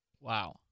Wow